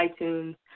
iTunes